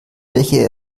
welche